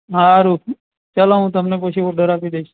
સારું ચલો હું તમને પછી ઓર્ડર આપી દઇશ